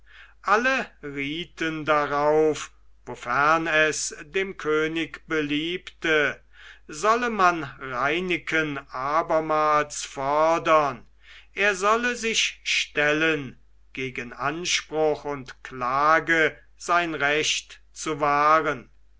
alle rieten darauf wofern es dem könig beliebte solle man reineken abermals fordern er solle sich stellen gegen anspruch und klage sein recht zu wahren